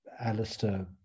alistair